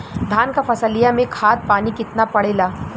धान क फसलिया मे खाद पानी कितना पड़े ला?